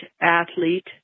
athlete